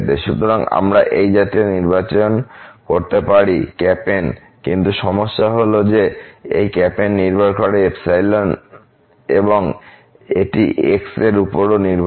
সুতরাং আমরা এই জাতীয় নির্বাচন করতে পারি N কিন্তু সমস্যা হল যে এই N নির্ভর করে এবং এটি x এর উপরও নির্ভর করে